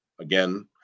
again